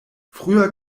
früher